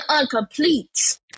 incomplete